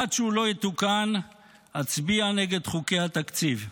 עד שהוא לא יתוקן אצביע נגד חוקי התקציב.